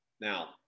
Now